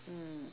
mm